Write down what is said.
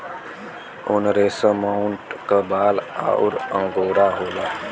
उनरेसमऊट क बाल अउर अंगोरा होला